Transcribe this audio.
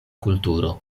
kulturo